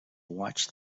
watched